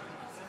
מס'